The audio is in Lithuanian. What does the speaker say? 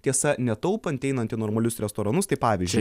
tiesa netaupant einant į normalius restoranus tai pavyzdžiui